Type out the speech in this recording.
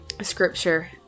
scripture